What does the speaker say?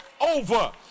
over